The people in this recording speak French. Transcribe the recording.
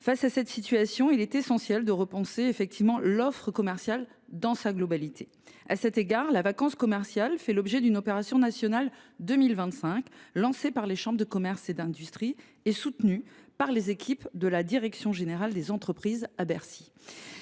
Face à cette situation, il est essentiel de repenser l’offre commerciale dans sa globalité. À cet égard, la vacance commerciale fait l’objet d’une « opération nationale 2025 » lancée par les chambres de commerce et d’industrie (CCI), et soutenue par les équipes de la direction générale des entreprises (DGE),